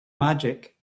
magic